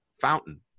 fountain